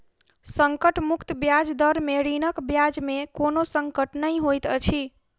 संकट मुक्त ब्याज दर में ऋणक ब्याज में कोनो संकट नै होइत अछि